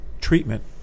treatment